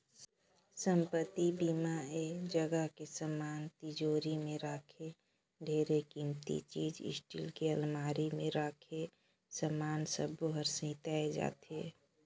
संपत्ति बीमा म ऐ जगह के समान तिजोरी मे राखे ढेरे किमती चीच स्टील के अलमारी मे राखे समान सबो हर सेंइताए जाथे